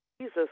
Jesus